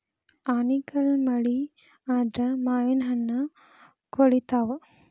ಆನಿಕಲ್ಲ್ ಮಳಿ ಆದ್ರ ಮಾವಿನಹಣ್ಣು ಕ್ವಳಿತಾವ